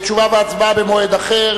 תשובה והצבעה במועד אחר,